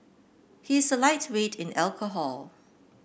he's a lightweight in alcohol